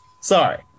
Sorry